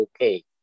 okay